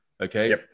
Okay